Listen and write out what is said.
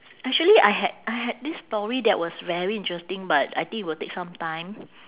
actually I h~ I had this story that was very interesting but I think will take some time